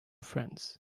friends